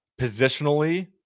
positionally